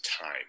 time